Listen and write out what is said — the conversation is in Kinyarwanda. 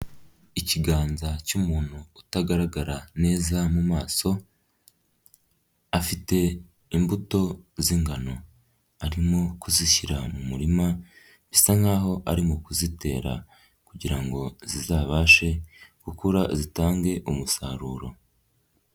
Ikiganza cy'umuntu utagaragara neza mu maso, afite imbuto z'ingano; arimo kuzishyira mu murima bisa nkaho ari mu kuzitera kugira ngo zizabashe gukura zitange umusaruro.